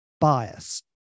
bias